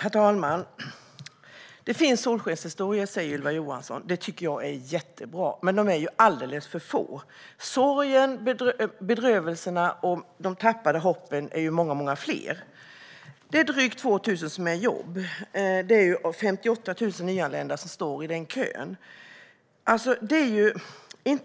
Herr talman! Det finns solskenshistorier, säger Ylva Johansson. Det tycker jag är jättebra, men de är alldeles för få. Historierna om sorg, bedrövelser och förlorat hopp är många fler. Drygt 2 000 är i jobb, men 58 000 nyanlända står i kö.